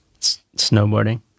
Snowboarding